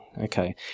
Okay